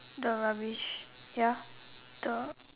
the rubbish ya the